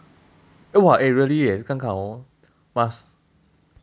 oh !wah! eh really eh 刚好 must